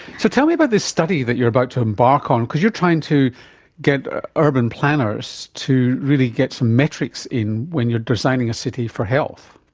so tell me about this study that you are about to embark on, because you are trying to get urban planners to really get some metrics in when you are designing a city for health.